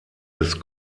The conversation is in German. des